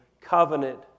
covenant